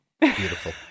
Beautiful